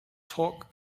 talk